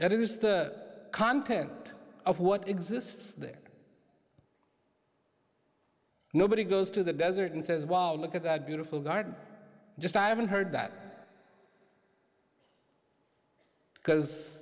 it is the content of what exists there nobody goes to the desert and says wow look at that beautiful garden just i haven't heard that because